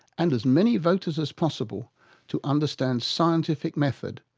and as many voters as possible to understand scientific method,